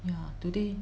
ya today